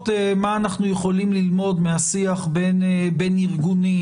מה אנחנו יכולים ללמוד מהשיח בין ארגונים,